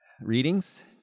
Readings